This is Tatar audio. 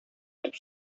итеп